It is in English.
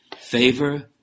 favor